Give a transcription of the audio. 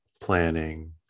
planning